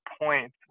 point